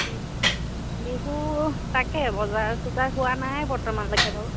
বিহু তাকে বজাৰ চজাৰ হোৱা নাই বৰ্তমানলৈকে বাৰু